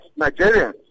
Nigerians